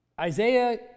Isaiah